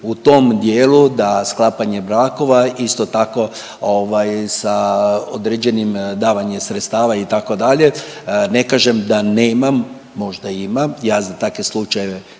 u tom dijelu da sklapanje brakova isto tako ovaj sa određenim davanjem sredstava itd.. Ne kažem da nema, možda ima, ja za takve slučajeve